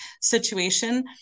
situation